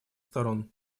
сторон